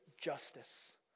justice